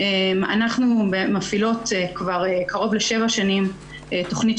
אנחנו מפעילות כבר קרוב לשבע שנים תכנית